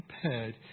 prepared